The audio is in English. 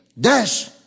Dash